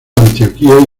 antioquia